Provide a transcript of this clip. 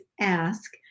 ask